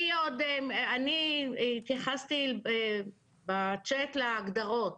אני התייחסתי בצ'ט להגדרות.